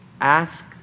ask